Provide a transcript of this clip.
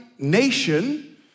nation